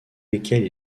lesquels